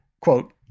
quote